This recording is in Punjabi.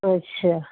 ਅੱਛਾ